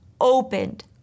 opened